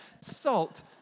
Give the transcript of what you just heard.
Salt